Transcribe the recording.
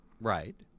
Right